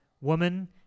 woman